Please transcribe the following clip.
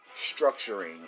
structuring